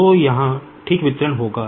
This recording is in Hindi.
तो यहाँ ठीक वितरण होगा